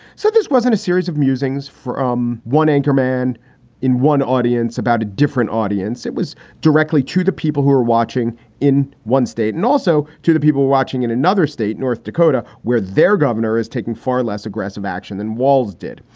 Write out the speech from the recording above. so this wasn't a series of musings for um one anchor man in one audience about a different audience. it was directly to the people who were watching in one state and also to the people watching in another state, north dakota, where their governor is taking far less aggressive action than walls did.